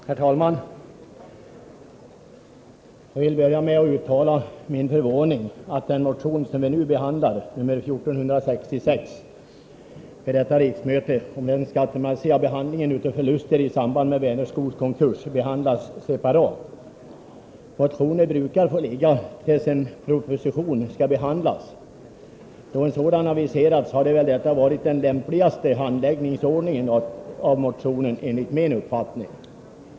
Herr talman! Jag vill inleda med att uttala min förvåning över att motion 1466 vid detta riksmöte, om den skattemässiga behandlingen av förluster i samband med Vänerskogs konkurs, behandlas separat. Motioner brukar få ligga till dess en proposition skall behandlas. Då en sådan aviserats, hade väl den handläggningsordningen varit den lämpligaste även i detta fall.